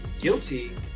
guilty